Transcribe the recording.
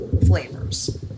flavors